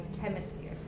hemisphere